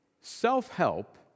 Self-help